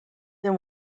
then